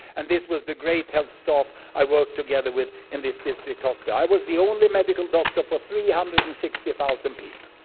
and this was the great health staff i worked together with in this district hospital. ah so but i was the only medical doctor for three hundred and sixty thousand people,